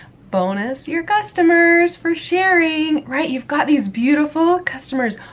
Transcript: bonus your customers for sharing. right, you've got these beautiful customers.